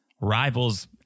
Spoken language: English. rivals